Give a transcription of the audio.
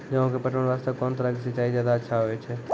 गेहूँ के पटवन वास्ते कोंन तरह के सिंचाई ज्यादा अच्छा होय छै?